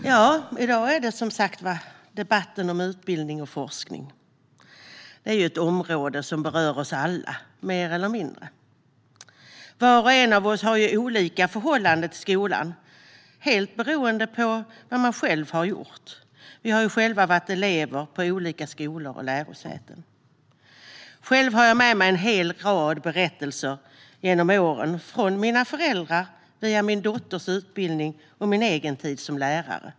Herr talman! I dag är det debatten om utbildning och forskning. Det är ett område som berör oss alla mer eller mindre. Var och en av oss har olika förhållanden till skolan, helt beroende på vad vi själva har gjort. Vi har själva varit elever på olika skolor och lärosäten. Själv har jag fått med mig en hel rad berättelser genom åren från mina föräldrar, via min dotters utbildning och min egen tid som lärare.